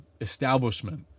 establishment